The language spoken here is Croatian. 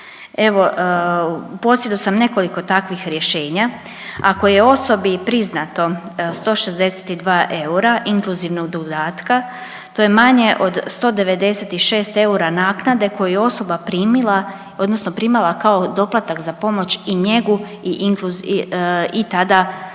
Evo u posjedu sam nekoliko takvih rješenja, ako je osobi priznato 162 eura inkluzivnog dodatka, to je manje od 196 eura naknade koju je osoba primila odnosno primala kao doplatak za pomoć i njegu i tada uvećani